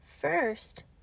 First